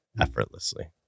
effortlessly